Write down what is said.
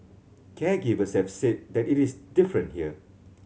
caregivers have said that it is different here